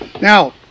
Now